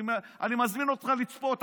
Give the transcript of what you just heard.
אני מזמין אותך לצפות,